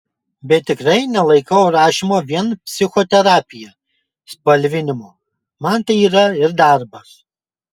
bet tikrai nelaikau rašymo vien psichoterapija spalvinimu man tai yra ir darbas